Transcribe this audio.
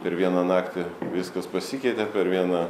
per vieną naktį viskas pasikeitė per vieną